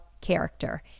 character